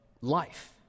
life